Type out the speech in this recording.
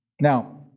Now